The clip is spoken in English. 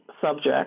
subject